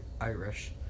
Irish